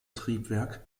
triebwerk